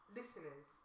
listeners